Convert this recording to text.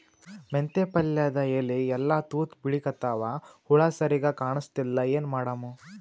ಮೆಂತೆ ಪಲ್ಯಾದ ಎಲಿ ಎಲ್ಲಾ ತೂತ ಬಿಳಿಕತ್ತಾವ, ಹುಳ ಸರಿಗ ಕಾಣಸ್ತಿಲ್ಲ, ಏನ ಮಾಡಮು?